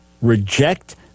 reject